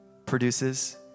produces